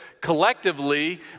collectively